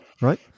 right